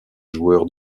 joueur